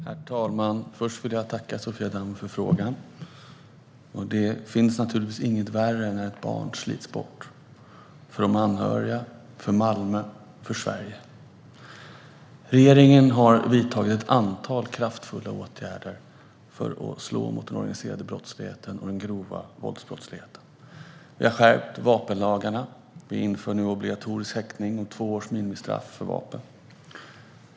Herr talman! Först vill jag tacka Sofia Damm för frågan. Det finns naturligtvis inget värre än när ett barn slits bort - för de anhöriga, för Malmö och för Sverige. Regeringen har vidtagit ett antal kraftfulla åtgärder för att slå mot den organiserade brottsligheten och den grova våldsbrottsligheten. Vi har skärpt vapenlagarna. Vi inför nu obligatorisk häktning och två års minimistraff för vapeninnehav.